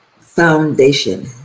foundation